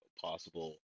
possible